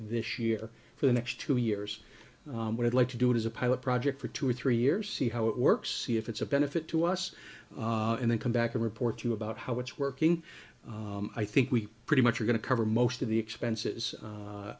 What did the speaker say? this year for the next two years but i'd like to do it as a pilot project for two or three years see how it works see if it's a benefit to us and then come back and report to you about how it's working i think we pretty much are going to cover most of the expenses u